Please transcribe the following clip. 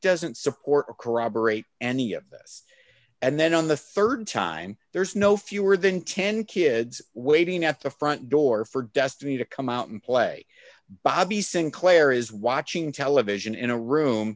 doesn't support corroborate any of this and then on the rd time there's no fewer than ten kids waiting at the front door for destiny to come out and play bobby sinclair is watching television in a room